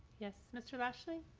yeah mr. lashley.